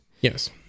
Yes